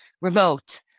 remote